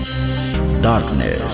Darkness